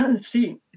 see